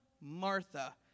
Martha